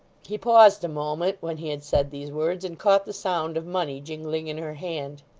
he paused a moment when he had said these words, and caught the sound of money, jingling in her hand.